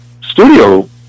studio